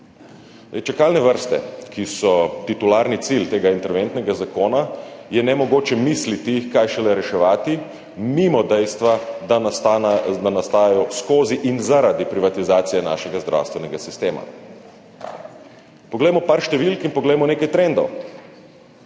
Čakalne vrste, ki so titularni cilj tega interventnega zakona, je nemogoče misliti, kaj šele reševati mimo dejstva, da nastajajo skozi in zaradi privatizacije našega zdravstvenega sistema. Poglejmo nekaj številk in poglejmo nekaj trendov.